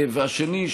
והשני,